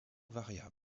variables